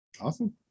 Awesome